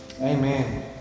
Amen